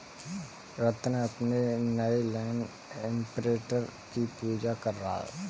रत्न अपने नए लैंड इंप्रिंटर की पूजा कर रहा है